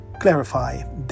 clarify